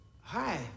Hi